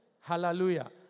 Hallelujah